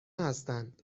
هستند